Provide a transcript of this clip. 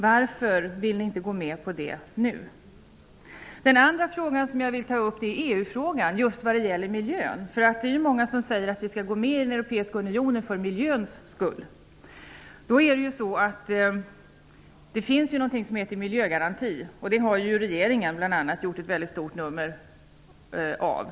Varför vill Centern inte göra det nu? Den andra frågan som jag vill ta upp är EU-frågan när det gäller miljön. Det är ju många som säger att Sverige bör gå med i den europeiska unionen för miljöns skull. Det finns ju något som heter miljögaranti. Det har bl.a. regeringen gjort ett mycket stort nummer av.